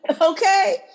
okay